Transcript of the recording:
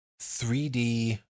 3d